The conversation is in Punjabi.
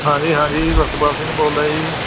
ਹਾਂਜੀ ਹਾਂਜੀ ਪ੍ਰਿਤਪਾਲ ਸਿੰਘ ਬੋਲਦਾ ਜੀ